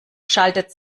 schaltet